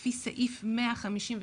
לפי סעיף 157א'